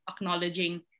acknowledging